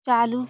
चालू